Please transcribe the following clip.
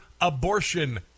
abortion